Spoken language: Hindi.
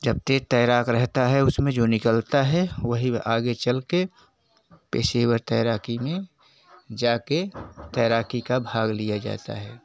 जब तेज़ तैराक रहता है उसमें जो निकलता है वही आगे चल के पेशेवर तैराकी में जा कर तैराकी का भाग लिया जाता है